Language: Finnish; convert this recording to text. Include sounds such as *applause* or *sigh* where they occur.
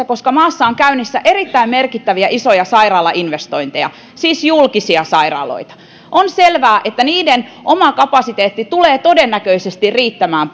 *unintelligible* koska maassa on käynnissä erittäin merkittäviä isoja sairaalainvestointeja siis julkisia sairaaloita on itse asiassa selvää että niiden oma kapasiteetti tulee todennäköisesti riittämään *unintelligible*